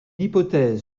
hypothèse